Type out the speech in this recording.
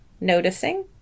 noticing